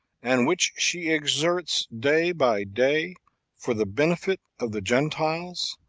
and which she exerts day by day for the benefit of the gentiles,